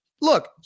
Look